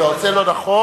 לא, זה לא נכון.